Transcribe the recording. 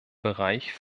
bereich